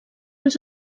els